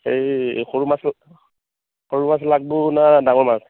এই সৰু মাছ সৰু মাছ লাগবো না ডাঙৰ মাছ